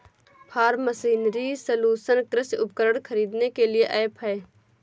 form machinery solution कृषि उपकरण खरीदने के लिए ऐप है